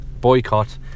Boycott